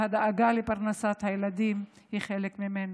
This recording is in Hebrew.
והדאגה לפרנסת הילדים היא חלק ממנה.